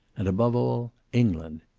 and above all, england.